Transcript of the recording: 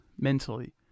mentally